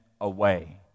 away